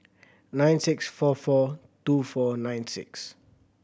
nine six four four two four nine six